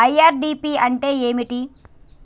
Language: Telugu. ఐ.ఆర్.డి.పి అంటే ఏమిటి?